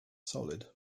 solid